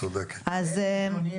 את צודקת בגישה.